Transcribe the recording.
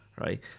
right